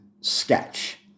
sketch